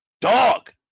Dog